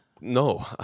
No